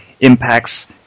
impacts